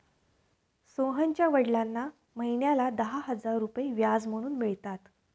सोहनच्या वडिलांना महिन्याला दहा हजार रुपये व्याज म्हणून मिळतात